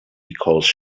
because